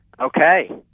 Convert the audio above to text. Okay